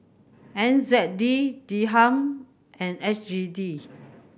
N Z D Dirham and S G D